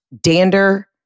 dander